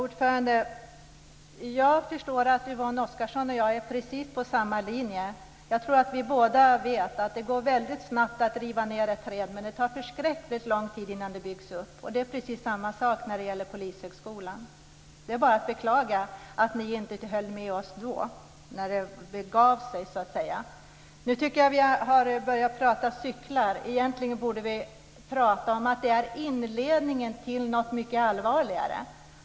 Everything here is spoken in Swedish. Fru talman! Jag förstår att Yvonne Oscarsson och jag är på precis samma linje. Vi vet båda att det går väldigt snabbt att riva ned ett träd, men det tar förskräckligt lång tid innan det byggs upp. Det är samma sak när det gäller Polishögskolan. Det är bara att beklaga att ni inte höll med oss när det begav sig. Vi har nu börjat prata om cyklar, men vi borde egentligen prata om att cykelstölder är inledningen till något mycket allvarligare.